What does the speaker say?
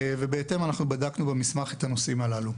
בהתאם, אחנו בדקנו במסמך את הנושאים הללו.